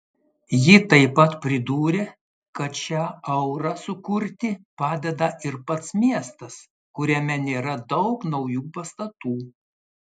ji taip pat pridūrė kad šią aurą sukurti padeda ir pats miestas kuriame nėra daug naujų pastatų